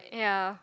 ya